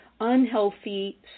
unhealthy